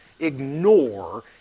ignore